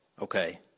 okay